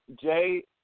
Jay